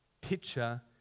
picture